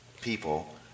people